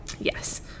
Yes